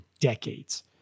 decades